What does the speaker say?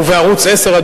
ובערוץ-10,